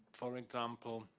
for example,